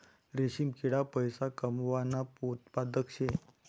रेशीम किडा पैसा कमावानं उत्पादन शे